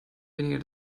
weniger